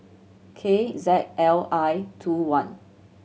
K Z L I two one